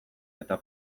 eta